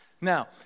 Now